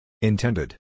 Intended